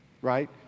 Right